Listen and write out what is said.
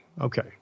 Okay